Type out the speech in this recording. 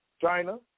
China